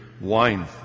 wine